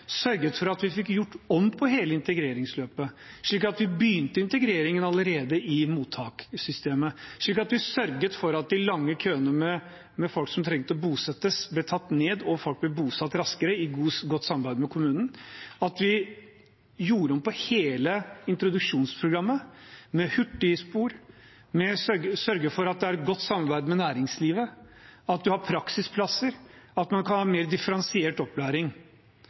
sørget for at vi fikk gjort om på hele integreringsløpet, slik at vi begynte integreringen allerede i mottakssystemet, slik at vi sørget for at de lange køene med folk som trengte å bosettes, ble tatt ned, og folk ble bosatt raskere i godt samarbeid med kommunen, og at vi gjorde om på hele introduksjonsprogrammet – med hurtigspor, med å sørge for at det er et godt samarbeid med næringslivet, at man har praksisplasser, og at man kan gi en mer differensiert opplæring.